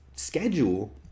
schedule